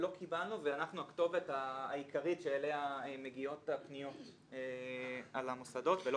לא קיבלנו ואנחנו הכתובת העיקרית שאליה מגיעות הפניות על המוסדות.